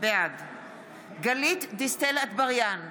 בעד גלית דיסטל אטבריאן,